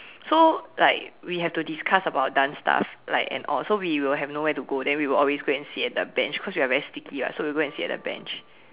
so like we have to discuss about dance stuff like and all so we will have nowhere to go then we will always go and sit at the bench cause we are very sticky [what] so we go and sit at the bench